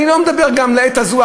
אני לא מדבר גם לעת הזאת,